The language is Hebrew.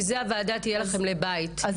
הוועדה תהיה לכם לבית בשביל זה,